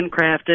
handcrafted